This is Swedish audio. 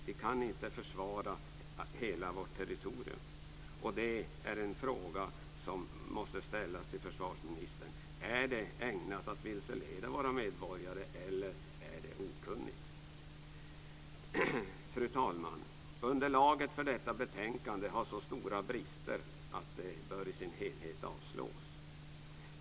Vi kan inte försvara hela vårt territorium. En fråga som måste ställas till försvarsministern är följande: Är detta ägnat att vilseleda våra medborgare eller är det fråga om okunnighet? Fru talman! Underlaget för detta betänkande har så stora brister att det bör i sin helhet avslås.